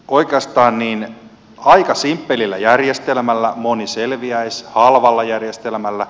oikeastaan aika simppelillä järjestelmällä moni selviäisi halvalla järjestelmällä